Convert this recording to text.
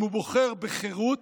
אם הוא בוחר בחירות,